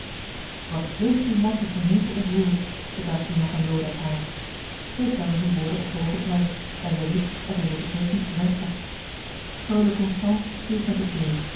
wat hééft uw man de gemeente ontroerd betuigde jan van loodijck haar zij stelde die woorden op hoogen prijs daar zij wist dat hij deze preek niet gewenscht had freule constance hielp met de thee